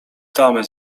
tamy